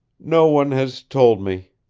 no one has told me,